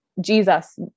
Jesus